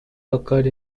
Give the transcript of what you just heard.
occurred